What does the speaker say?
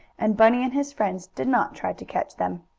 and bunny and his friends did not try to catch them.